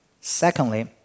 Secondly